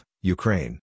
Ukraine